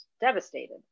devastated